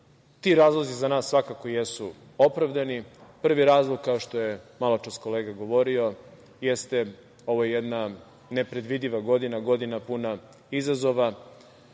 Ti razlozi za nas jedu opravdani. Prvi razlog, kao što je maločas kolega govori jeste ovo jedna nepredvidiva godina, godina puna izazova,